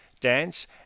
dance